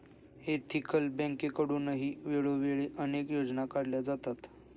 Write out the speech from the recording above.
ethical बँकेकडूनही वेळोवेळी अनेक योजना काढल्या जातात